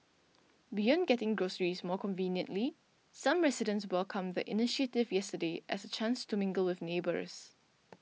beyond getting groceries more conveniently some residents welcomed the initiative yesterday as chance to mingle with neighbours